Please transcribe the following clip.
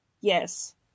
Yes